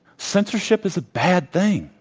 censorship is a bad thing.